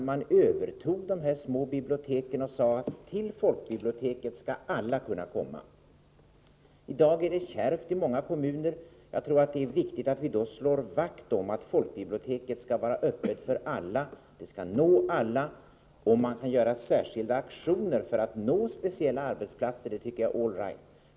Kommunerna övertog dessa små bibliotek och sade: Till folkbiblioteken skall alla kunna komma. I dag är det kärvt för många kommuner. Jag tror att det är viktigt att då slå vakt om att folkbiblioteken skall vara öppna för alla och nå alla. Däremot kan man göra särskilda aktioner för att nå speciella arbetsplatser — det tycker jag är O.K.